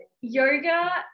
yoga